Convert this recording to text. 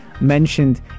mentioned